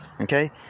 okay